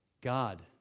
God